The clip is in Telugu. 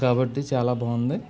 కాబట్టి చాలా బాగుంది